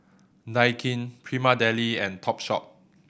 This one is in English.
Daikin Prima Deli and Topshop